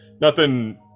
nothing-